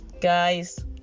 Guys